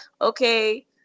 Okay